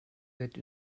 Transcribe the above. wird